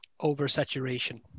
Oversaturation